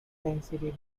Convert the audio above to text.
density